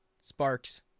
sparks